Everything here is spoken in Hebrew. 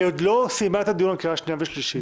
היא עוד לא סיימה את הדיון בקריאה השנייה והשלישית.